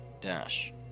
dash